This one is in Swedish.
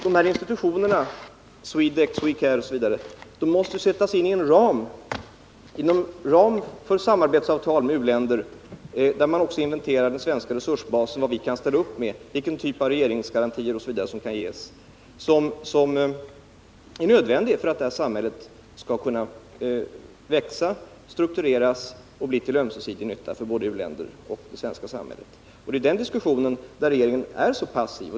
Dessa institutioner — Swedec, Swedcare osv. — måste sättas inom ramen för samarbetsavtal med u-länder där man också inventerar den svenska resursbasen — vad vi kan ställa upp med, vilka typer av regeringsgarantier som kan ges osv. Det är nödvändigt för att detta samarbete skall kunna växa, struktureras och bli till ömsesidig nytta för både u-länder och oss själva. Det är i den diskussionen som regeringen är så passiv.